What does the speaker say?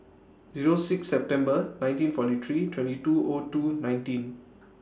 Zero six September nineteen forty three twenty two O two nineteen